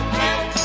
help